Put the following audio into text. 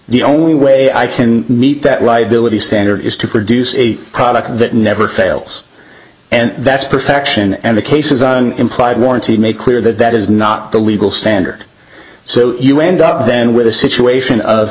the only way i can meet that liability standard is to produce a product that never fails and that's perfection and the cases on implied warranty make clear that that is not the legal standard so you end up then with a situation of